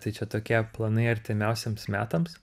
tai čia tokie planai artimiausiems metams